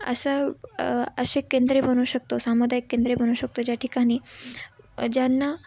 असा असे केंद्रे बनू शकतो सामुदायिक केंद्रे बनू शकतो ज्या ठिकाणी ज्यांना